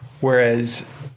Whereas